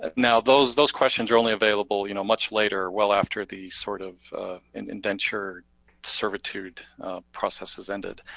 ah now those those questions are only available you know much later, well after the sort of and indenture servitude process has ended.